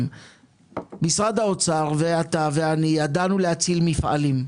משרד האוצר, אתה ואני ידענו להציל מפעלים.